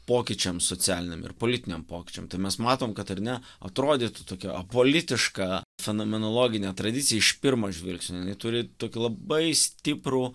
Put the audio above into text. pokyčiams socialiniam ir politiniam pokyčiam tai mes matom kad ar ne atrodytų tokia apolitiška fenomenologinė tradicija iš pirmo žvilgsnio jinai turi tokį labai stiprų